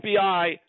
FBI